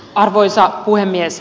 arvoisa puhemies